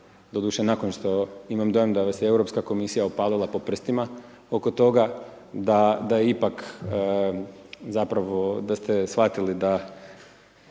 doduše nakon što imam dojam da vas je Europska komisija opalila po prstima oko toga, da ipak zapravo da ste shvatili da